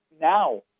now